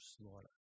slaughter